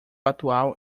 atual